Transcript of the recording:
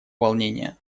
волнения